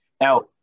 now